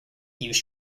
use